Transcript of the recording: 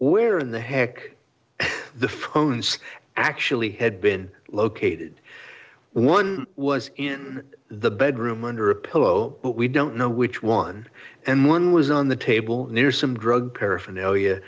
where in the heck the phones actually had been located when one was in the bedroom under a pillow but we don't know which one and one was on the table near some drug paraphernalia